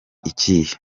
ikihe